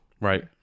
Right